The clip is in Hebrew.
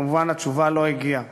כמובן, התשובה לא הגיעה.